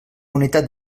unitat